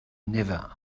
never